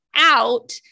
Out